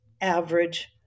average